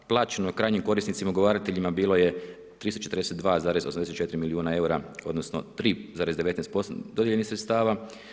Plaćeno je krajnjim korisnicima ugovarateljima bilo je 342,84 milijuna eura, odnosno 3,19% dodijeljenih sredstava.